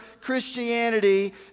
Christianity